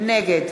נגד